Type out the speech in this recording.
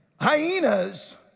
Hyenas